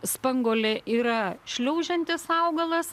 spanguolė yra šliaužiantis augalas